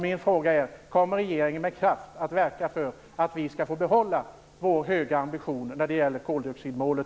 Min fråga är: Kommer regeringen med kraft att verka för att vi skall få behålla vår höga ambition när det gäller koldioxidmålet?